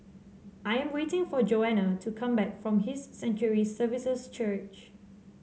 I am waiting for Joanna to come back from His Sanctuary Services Church